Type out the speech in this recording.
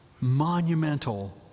monumental